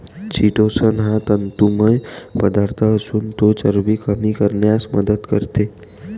chitosan हा तंतुमय पदार्थ असून तो चरबी कमी करण्यास मदत करतो